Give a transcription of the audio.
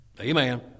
Amen